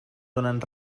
donen